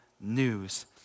news